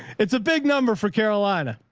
it's a big number for carolina.